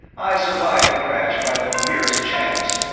i survived the crash by the merest chance,